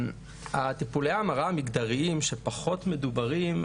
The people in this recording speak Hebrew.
טיפולי ההמרה המגדריים שפחות מדוברים,